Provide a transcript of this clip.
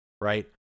right